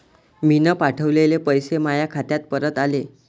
मीन पावठवलेले पैसे मायाच खात्यात परत आले